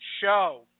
show